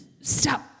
stop